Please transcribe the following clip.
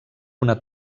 una